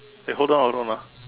eh hold on hold on ah